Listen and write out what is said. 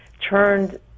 turned